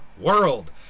world